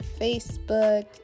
Facebook